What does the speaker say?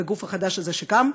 בגוף החדש הזה שקם.